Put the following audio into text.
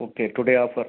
okay today offer